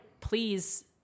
please